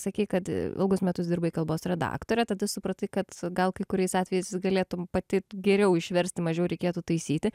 sakei kad ilgus metus dirbai kalbos redaktore tada supratai kad gal kai kuriais atvejais galėtum pati geriau išversti mažiau reikėtų taisyti